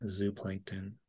zooplankton